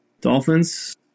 Dolphins